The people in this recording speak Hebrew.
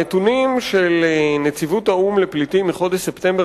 הנתונים של נציבות האו"ם לפליטים מחודש ספטמבר